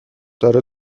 داره